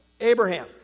Abraham